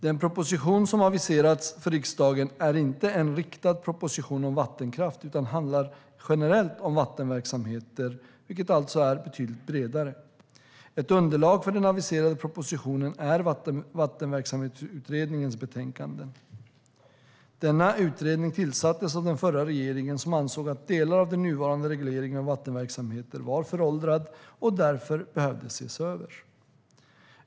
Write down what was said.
Den proposition som aviserats för riksdagen är inte en riktad proposition om vattenkraft utan handlar generellt om vattenverksamheter, vilket alltså är betydligt bredare. Ett underlag för den aviserade propositionen är Vattenverksamhetsutredningens betänkanden. Denna utredning tillsattes av den förra regeringen, som ansåg att delar av den nuvarande regleringen av vattenverksamheter var föråldrad och därför behövde ses över.